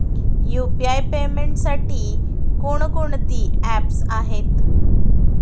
UPI पेमेंटसाठी कोणकोणती apps आहेत?